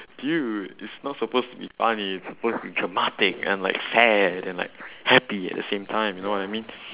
dude it's not supposed to be funny it's supposed to be dramatic and like sad and like happy at the same time you know what I mean